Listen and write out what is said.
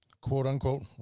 quote-unquote